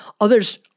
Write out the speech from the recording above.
Others